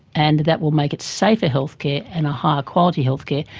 and that will make it safer healthcare and a higher quality healthcare,